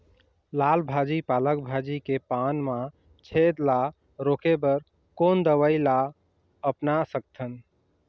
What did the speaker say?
लाल भाजी पालक भाजी के पान मा छेद ला रोके बर कोन दवई ला अपना सकथन?